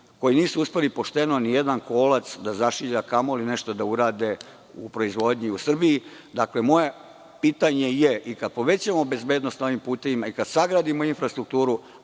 koji nisu uspeli pošteno nijedan kolac da zašilje, a kamoli nešto da urade u proizvodnji u Srbiji. Dakle, moje pitanje je - i kada povećamo bezbednost na ovim putevima, i kada sagradimo infrastrukturu,